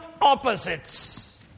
opposites